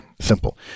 simple